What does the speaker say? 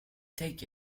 take